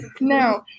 no